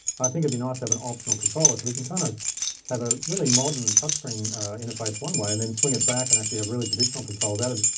i think it'd be nice to have an optional controller so we can kind of have a really modern touch screen interface one way and then swing it back and actually have really traditional controls added.